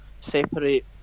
separate